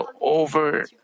over